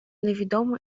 невідоме